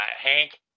Hank